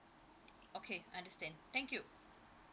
okay I understand thank you